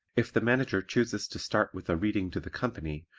if the manager chooses to start with a reading to the company,